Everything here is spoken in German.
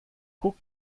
guck